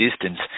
distance